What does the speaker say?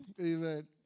Amen